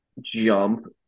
jump